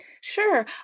Sure